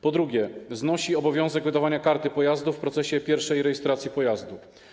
Po drugie, znosi obowiązek wydawania karty pojazdu w procesie pierwszej rejestracji pojazdu.